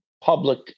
public